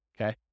okay